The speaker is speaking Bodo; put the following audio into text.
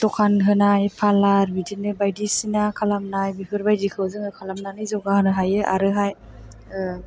दखान होनाय पार्लार बिदिनो बायदिसिना खालामनाय बेफोरबायदिखौ जोङो खालामनानै जौगाहोनो हायो आरोहाय